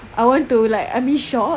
I want to like I mean shocked